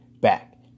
back